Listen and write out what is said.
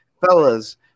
fellas